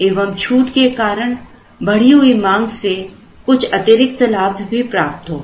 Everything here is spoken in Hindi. एवं छूट के कारण बढ़ी हुई मांग से कुछ अतिरिक्त लाभ भी प्राप्त होगा